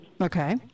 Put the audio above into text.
Okay